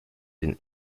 den